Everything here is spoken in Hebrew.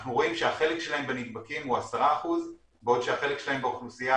אנחנו רואים שהחלק שלהם בנדבקים הוא 10% בעוד שהחלק שלהם באוכלוסייה